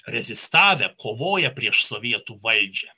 rezistavę kovoję prieš sovietų valdžią